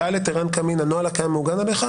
ושאל את ערן קמין: הנוהל הקיים מעוגן עליך?